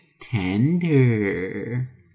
tender